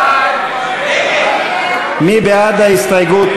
מי נגד?